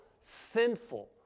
sinful